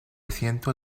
ciento